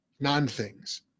non-things